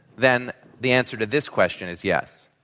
then the answer to this question is yes.